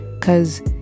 Cause